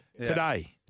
Today